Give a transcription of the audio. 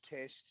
test